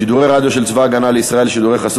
שידורי רדיו של צבא ההגנה לישראל (שידורי חסות